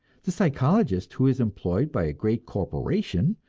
the psychologist who is employed by a great corporation,